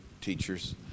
teachers